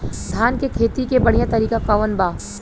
धान के खेती के बढ़ियां तरीका कवन बा?